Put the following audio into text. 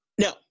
No